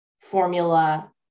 formula